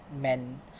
Men